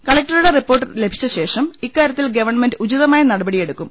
കലക്ടറുടെ റിപ്പോർട്ട് ലഭിച്ചശേഷം ഇക്കാര്യത്തിൽ ഗവൺമെന്റ് ഉചിത മായ നടപടിയെടുക്കും